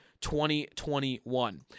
2021